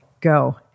go